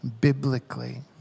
biblically